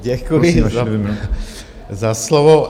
Děkuji za slovo.